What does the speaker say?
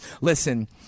listen